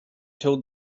told